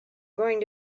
going